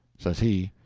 says he,